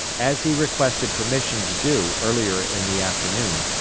as he requested permission to do earlier in the afternoon,